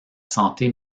santé